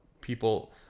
people